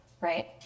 Right